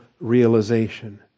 realization